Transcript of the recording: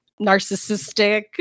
narcissistic